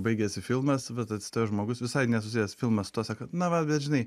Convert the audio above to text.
baigėsi filmas vat atsistojo žmogus visai nesusijęs filmas to sako na vat bet žinai